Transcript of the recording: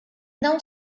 não